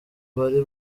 bari